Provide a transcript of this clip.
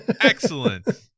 Excellent